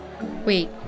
Wait